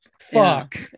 fuck